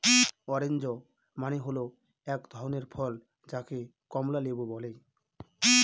orange মানে হল এক ধরনের ফল যাকে কমলা লেবু বলে